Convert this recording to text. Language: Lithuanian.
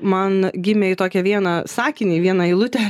man gimė į tokią vieną sakinį vieną eilutę